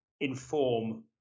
inform